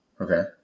Okay